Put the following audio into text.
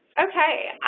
okay.